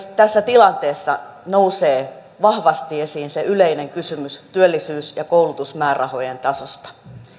tässä tilanteessa nousee vahvasti esiin se yleinen kysymys työllisyys ja koulutusmäärärahojen tasosta